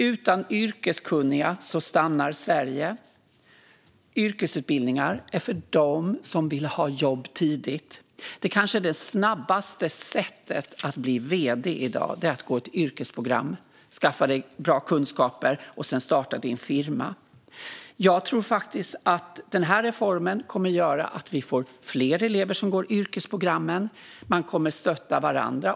Utan yrkeskunniga stannar Sverige. Yrkesutbildningar är för dem som vill ha jobb tidigt. Det kanske snabbaste sättet att bli vd i dag är att gå ett yrkesprogram, skaffa sig bra kunskaper och sedan starta sin firma. Jag tror att den här reformen kommer att göra att vi får fler elever som går yrkesprogrammen. De kommer att stötta varandra.